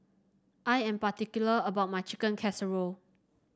I am particular about my Chicken Casserole